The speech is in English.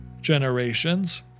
generations